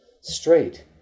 straight